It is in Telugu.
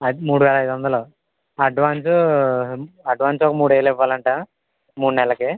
అద్దె మూడు వేల ఐదు వందలు అడ్వాన్స్ అడ్వాన్స్ ఒక మూడు వేలు ఇవ్వాలంట మూడు నెల్లకి